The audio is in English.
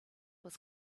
was